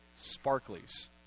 sparklies